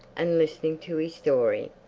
and listening to his story.